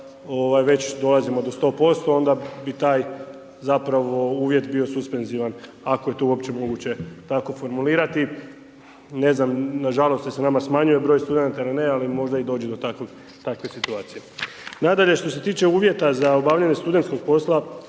već dolazimo do 100% onda bi taj zapravo uvjet bio suspenzivan, ako je to uopće moguće tako formulirati. Ne znam, nažalost, jel se nama smanjuje broj studenata ili ne, ali možda i dođe do takve situacije. Nadalje, što se tiče uvjeta za obavljanje studentskog posla,